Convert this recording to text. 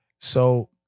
So-